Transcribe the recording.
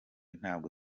ntabwo